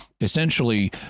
Essentially